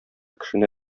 кешене